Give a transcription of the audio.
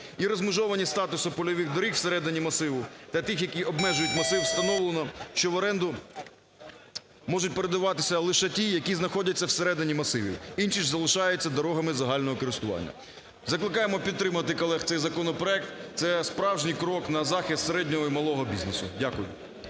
І розмежовані статусу польових доріг всередині масиву та тих, які обмежують масив, встановлено, що в оренду можуть передаватися лише ті, які знаходяться всередині масивів, інші ж залишаються дорогами загального користування. Закликаємо підтримати колег цей законопроект. Це справжній крок на захист середнього і малого бізнесу. Дякую.